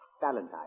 Valentine